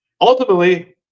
ultimately